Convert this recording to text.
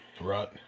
Right